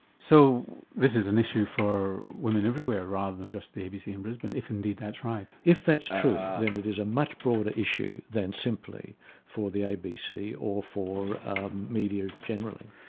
so this is an issue for women everywhere rather than just the abc in brisbane if indeed that's right? if that's true then it is a much broader issue than simply for the abc or for media generally.